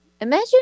imagine